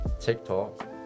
TikTok